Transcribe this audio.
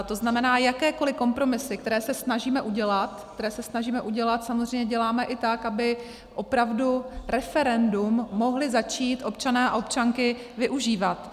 To znamená, jakékoliv kompromisy, které se snažíme udělat, které se snažíme udělat, samozřejmě děláme i tak, aby opravdu referendum mohli začít občané a občanky využívat.